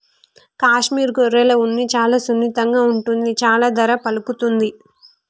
కాశ్మీర్ గొర్రెల ఉన్ని చాలా సున్నితంగా ఉంటుంది చాలా ధర పలుకుతుంది